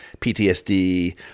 PTSD